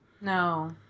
No